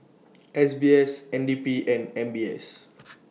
S B S N D P and M B S